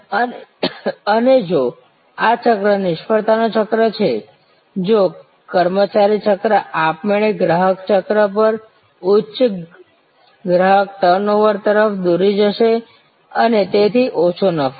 અને જો આ ચક્ર નિષ્ફળતાનું ચક્ર છે તો કર્મચારી ચક્ર આપમેળે ગ્રાહક ચક્ર પણ ઉચ્ચ ગ્રાહક ટર્નઓવર તરફ દોરી જશે અને તેથી ઓછો નફો